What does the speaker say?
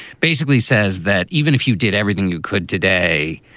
basically says that even if you did everything you could today,